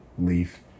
leaf